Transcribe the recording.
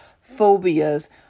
phobias